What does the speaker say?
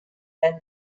and